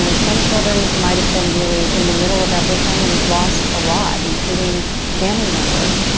so some children might have been really in the middle of everything and lost a lot, including family members.